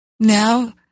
Now